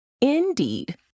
Indeed